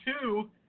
two